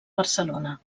barcelona